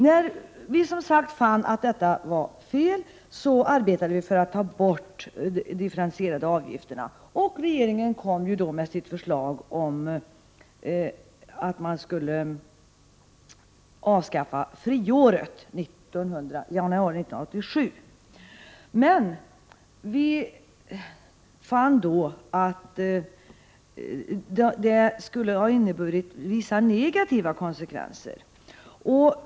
När vi fann att det var fel, arbetade vi för att ta bort de differentierade avgifterna. 1987 kom så regeringen med sitt förslag om att man skulle avskaffa friåret. Vi fann emellertid då att detta skulle ha inneburit vissa negativa konsekvenser.